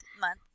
month